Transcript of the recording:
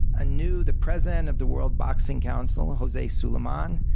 ah new the president of the world boxing council, jose sulaiman,